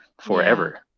forever